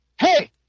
hey